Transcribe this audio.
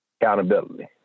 Accountability